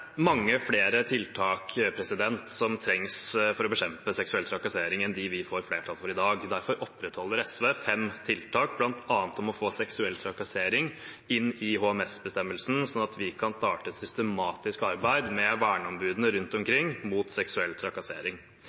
mange flere tiltak for å bekjempe seksuell trakassering enn de vi får flertall for i dag. Derfor opprettholder SV fem tiltak, bl.a. om å få seksuell trakassering inn i HMS-bestemmelsen, slik at vi kan starte et systematisk arbeid med verneombudene rundt omkring mot seksuell trakassering.